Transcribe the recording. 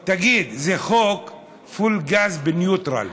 תגיד, זה חוק פול גז בניוטרל.